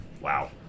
Wow